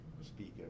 speaker